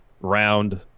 round